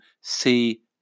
see